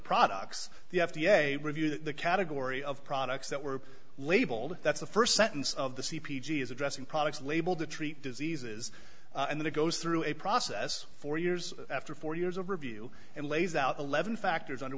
products the f d a review the category of products that were labeled that's the st sentence of the c p g is addressing products labeled to treat diseases and then it goes through a process for years after four years of review and lays out eleven factors under